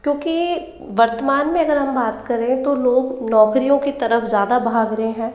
क्योंकि वर्त्तमान में अगर हम बात करें तो लोग नौकरियों की तरफ ज़्यादा भाग रहे हैं